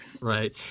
Right